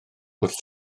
wrth